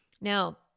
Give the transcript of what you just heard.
Now